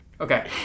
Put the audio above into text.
Okay